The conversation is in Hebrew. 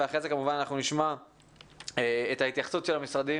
ואחרי זה כמובן אנחנו נשמע את ההתייחסות של המשרדים